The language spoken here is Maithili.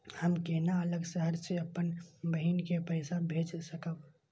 हम केना अलग शहर से अपन बहिन के पैसा भेज सकब?